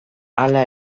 hala